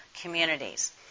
communities